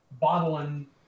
bottling